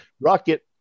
Rocket